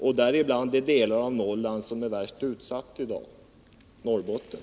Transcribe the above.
Det gäller inte minst den del av Norrland som är värst utsatt i dag, nämligen Norrbotten.